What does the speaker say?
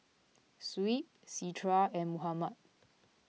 Shuib Citra and Muhammad